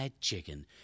chicken